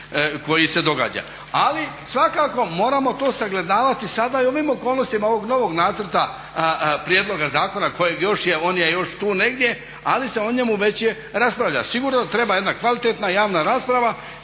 koji se događa. Ali svakako moramo to sagledavati sada i u ovim okolnostima ovog novog nacrta prijedloga zakona kojeg još je, on je još tu negdje ali se o njemu već raspravlja. Sigurno treba jedna kvalitetna javna rasprava